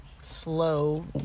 slow